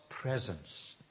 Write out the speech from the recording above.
presence